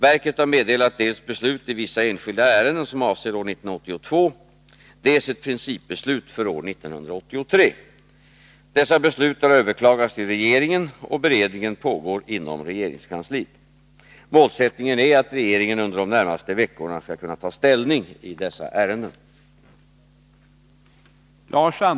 Verket har meddelat dels beslut i vissa enskilda ärenden som avser år 1982, dels ett principbeslut för år 1983. Dessa beslut har överklagats till regeringen, och beredningen pågår inom regeringskansliet. Målsättningen är att regeringen under de närmaste veckorna skall kunna ta ställning i dessa ärenden.